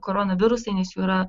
koronavirusai yra